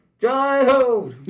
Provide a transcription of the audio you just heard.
Jai-ho